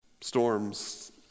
Storms